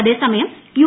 അതേസമയം യു